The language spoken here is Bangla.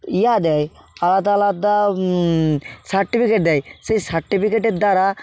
ইয়া দেয় আলাদা আলাদা সার্টিফিকেট দেয় সেই সার্টিফিকেটের দ্বারা